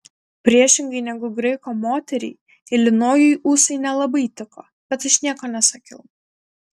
priešingai negu graiko moteriai ilinojui ūsai nelabai tiko bet aš nieko nesakiau